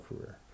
career